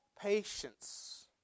patience